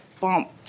bump